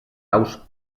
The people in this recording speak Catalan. aus